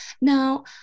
now